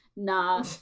Nah